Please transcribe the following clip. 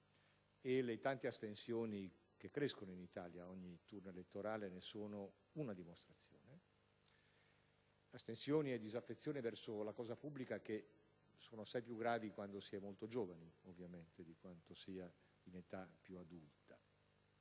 e le tante astensioni che crescono in Italia ad ogni tornata elettorale ne sono una dimostrazione. Astensioni e disaffezione verso la cosa pubblica che sono assai più gravi quando si è molto giovani di quanto non lo siano in età più adulta.